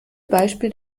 beispiel